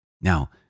Now